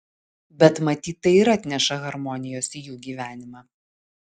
bet matyt tai ir atneša harmonijos į jų gyvenimą